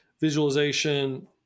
visualization